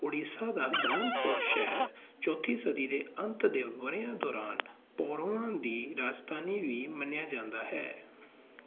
ਓਡੀਸ਼ਾ ਦਾ ਬ੍ਰਹਮਪੁਰ ਸ਼ਹਿਰ ਚੌਥੀ ਸਦੀ ਦੇ ਅੰਤ ਦੇ ਵਰ੍ਹਿਆਂ ਦੌਰਾਨ ਪੌਰਵਾਂ ਦੀ ਰਾਜਧਾਨੀ ਵੀ ਮੰਨਿਆ ਜਾਂਦਾ ਹੈ